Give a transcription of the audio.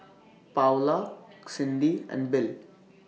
Paola Cindy and Bill